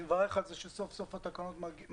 אני מברך על זה שסוף סוף התקנות מגיעות.